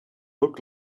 look